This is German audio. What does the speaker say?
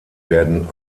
werden